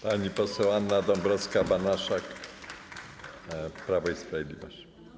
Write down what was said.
Pani poseł Anna Dąbrowska-Banaszek, Prawo i Sprawiedliwość.